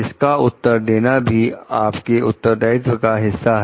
इसका उत्तर देना भी आपके उत्तरदायित्व का हिस्सा है